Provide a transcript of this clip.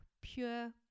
pure